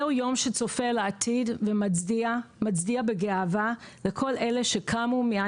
זה הוא יום שצופה לעתיד ומצדיע בגאווה לכל אלה שקמו מן